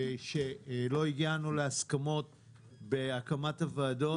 שלא הגענו להסכמות בהקמת הוועדות.